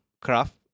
craft